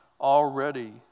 Already